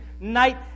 night